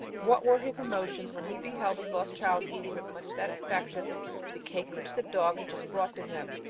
what were his emotions when he beheld his lost child eating with much satisfaction the cake which the dog had just brought to him,